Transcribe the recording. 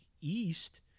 East